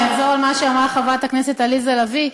אני אחזור על מה שאמרה חברת הכנסת עליזה לביא,